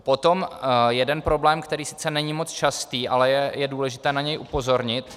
Potom jeden problém, který sice není moc častý, ale je důležité na něj upozornit.